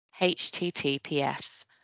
HTTPS